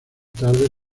tarde